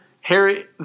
Harry